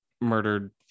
murdered